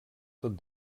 tot